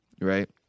right